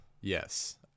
Yes